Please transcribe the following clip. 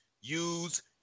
use